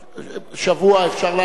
בשבת, שבוע, אפשר,